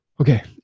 Okay